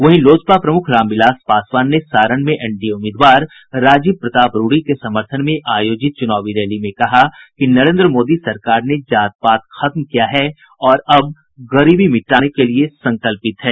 वहीं लोजपा प्रमुख रामविलास पासवान ने सारण में एनडीए उम्मीदवार राजीव प्रताप रूड़ी के समर्थन में आयोजित चुनावी रैली में कहा कि नरेन्द्र मोदी सरकार ने जात पात खत्म किया है और अब गरीबी मिटाने के लिए संकल्पित है